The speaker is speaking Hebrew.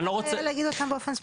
אתה לא רוצה להגיד אותם באופן ספציפי?